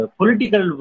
political